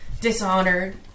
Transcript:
dishonored